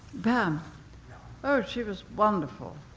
but um oh, she was wonderful.